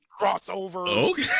crossover